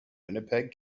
winnipeg